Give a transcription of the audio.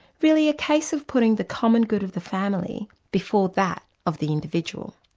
really a case of putting the common good of the family before that of the individual.